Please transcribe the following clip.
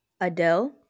Adele